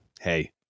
hey